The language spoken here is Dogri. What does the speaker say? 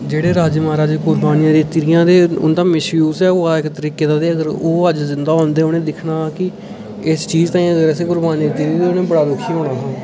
जह्ड़े राजें महाराजें कुर्बानियां दित्ती दियां ते उ'दां मिस यूज ऐ होआ दा इक तरीकें दा ते अगर ओह् अज्ज जिंदा होंदे ते उ'नें बी दिक्खना हा की एस चीज ताईं अगर असें कुर्बानियां दित्ती दियां ते उ'नें ई बड़ा रोष होना हा